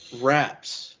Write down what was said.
wraps